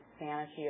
sanity